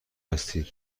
هستید